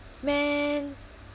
man